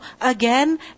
again